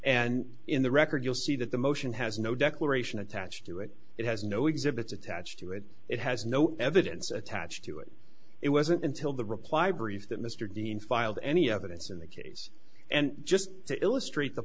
and in the record you'll see that the motion has no declaration attached to it it has no exhibits attached to it it has no evidence attached to it it wasn't until the reply brief that mr dean filed any evidence in the case and just to illustrate the